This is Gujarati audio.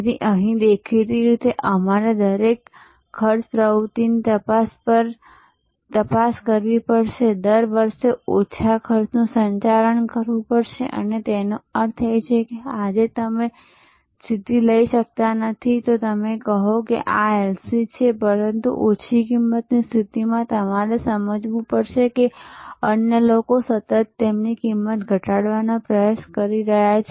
તેથી અહીંદેખીતી રીતે અમારે દરેક ખર્ચ પ્રવૃત્તિની તપાસ કરવી પડશે દર વર્ષે ઓછા ખર્ચનું સંચાલન કરવું પડશેતેનો અર્થ એ છે કે આજે તમે સ્થિતિ લઈ શકતા નથી તો કહો કે આ એલસી છે પરંતુ ઓછી કિંમતની સ્થિતિ માં તમારે સમજવું પડશે કે અન્ય લોકો સતત તેમની કિંમત ઘટાડવાનો પ્રયાસ કરી રહ્યા છે